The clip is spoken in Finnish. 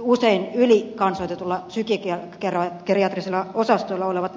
usein ylikansoitetuilla psykogeriatrisilla osastoilla olevat vanhuksemme saavat